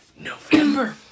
November